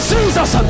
Jesus